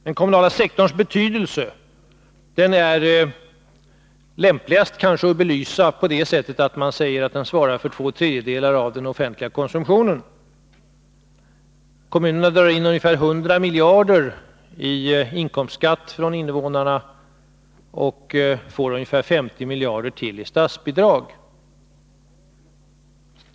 Den kommunala sektorns betydelse belyses kanske lämpligast på det sättat att man säger att den svarar för två tredjedelar av den offentliga konsumtionen. Kommunerna drar in ungefär 100 miljarder i inkomstskatt från invånarna och får ungefär 50 miljarder till i statsbidrag.